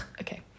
okay